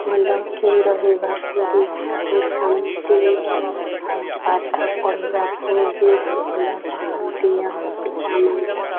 ଭଲ କି ରହିବାକୁ ବି ଚାହୁଁଛନ୍ତି ଆଉ ପାଠ ପଢ଼ିବାକୁ ବେଶ ଭଲ ପାଆନ୍ତି ଆମ ପିଲାମାନେ